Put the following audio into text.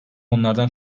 onlardan